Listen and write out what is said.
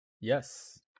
Yes